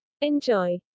Enjoy